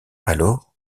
alors